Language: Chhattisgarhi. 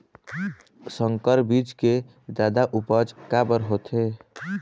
संकर बीज के जादा उपज काबर होथे?